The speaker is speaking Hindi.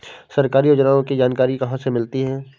सरकारी योजनाओं की जानकारी कहाँ से मिलती है?